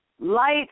light